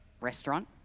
restaurant